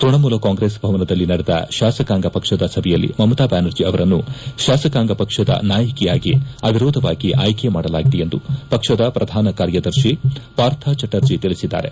ತ್ಕಣಮೂಲ ಕಾಂಗ್ರೆಸ್ ಭವನದಲ್ಲಿ ನಡೆದ ಶಾಸಕಾಂಗ ಪಕ್ಷದ ಸಭೆಯಲ್ಲಿ ಮಮತಾ ಬ್ಯಾನರ್ಜಿ ಅವರನ್ನು ಶಾಸಕಾಂಗ ಪಕ್ಷದ ನಾಯಕಿಯಾಗಿ ಅವಿರೋಧವಾಗಿ ಅಯ್ಕೆ ಮಾಡಲಾಗಿದೆ ಎಂದು ಪಕ್ಷದ ಪ್ರಧಾನ ಕಾರ್ಯದರ್ಶಿ ಪಾರ್ಥಚಟರ್ಜಿ ತಿಳಿಸಿದ್ದಾರೆ